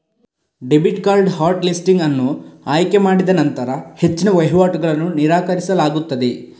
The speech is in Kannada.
ಡೆಬಿಟ್ ಕಾರ್ಡ್ ಹಾಟ್ ಲಿಸ್ಟಿಂಗ್ ಅನ್ನು ಆಯ್ಕೆ ಮಾಡಿನಂತರ ಹೆಚ್ಚಿನ ವಹಿವಾಟುಗಳನ್ನು ನಿರಾಕರಿಸಲಾಗುತ್ತದೆ